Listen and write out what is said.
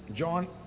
John